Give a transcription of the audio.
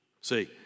See